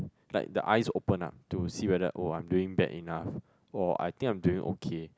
like the eyes open up to see whether oh I'm doing bad enough or I think I'm doing okay